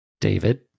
David